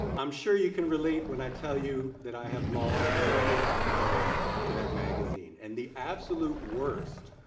i'm sure you can relate when i tell you that i have lost many an hour to that magazine, and the absolute worst,